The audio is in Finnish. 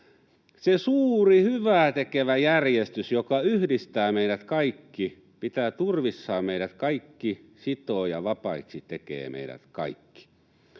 ”Se suuri, hyvää tekevä järjestys, joka yhdistää meidät kaikki, pitää turvissaan meidät kaikki, sitoo ja vapaiksi tekee meidät kaikki.”